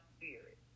spirit